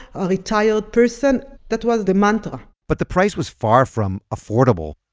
a retired person. that was the mantra but the price was far from affordable.